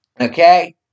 Okay